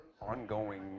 ongoing